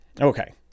Okay